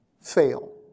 fail